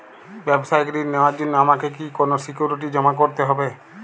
ব্যাবসায়িক ঋণ নেওয়ার জন্য আমাকে কি কোনো সিকিউরিটি জমা করতে হবে?